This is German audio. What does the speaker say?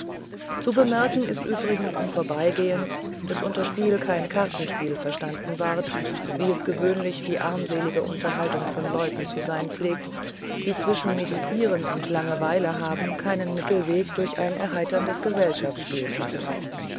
zu bemerken ist übrigens im vorbeigehen daß unter spiel kein kartenspiel verstanden ward wie es gewöhnlich die armselige unterhaltung von leuten zu sein pflegt die zwischen medisieren und langeweilehaben keinen mittelweg durch ein erheiterndes gesellschaftsspiel kennen